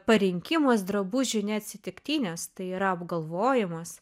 parinkimas drabužiui neatsitiktinis tai yra apgalvojimas